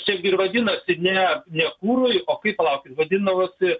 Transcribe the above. čiagi ir vadinosi ne ne kurui o kaip palaukit vadindavosi